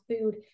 food